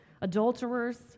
adulterers